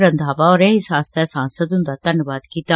रंघावा होरें इस आस्तै सांसद हुन्दा धन्नवाद कीता